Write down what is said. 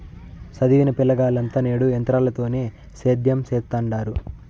సదివిన పిలగాల్లంతా నేడు ఎంత్రాలతోనే సేద్యం సెత్తండారు